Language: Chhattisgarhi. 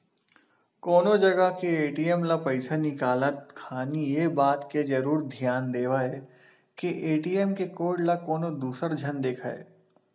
कोनो जगा के ए.टी.एम ले पइसा निकालत खानी ये बात के जरुर धियान देवय के ए.टी.एम के कोड ल कोनो दूसर झन देखय